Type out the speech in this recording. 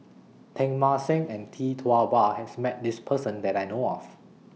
Teng Mah Seng and Tee Tua Ba has Met This Person that I know of